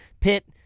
Pitt